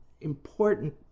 important